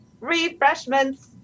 refreshments